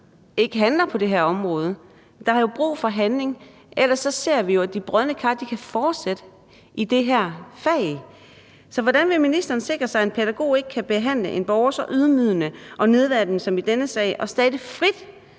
ikke handler på det her område. Der er jo brug for handling. Ellers ser vi jo, at de brodne kar kan fortsætte i det her fag. Så hvordan vil ministeren sikre sig, at en pædagog ikke kan behandle en borger så ydmygende og nedværdigende som i denne sag, og undgå, at